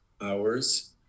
hours